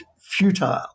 futile